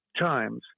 times